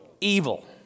Evil